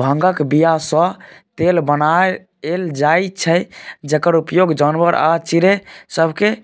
भांगक बीयासँ तेल बनाएल जाइ छै जकर उपयोग जानबर आ चिड़ैं सबकेँ